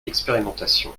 expérimentation